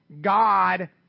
God